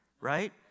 Right